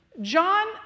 John